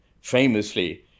famously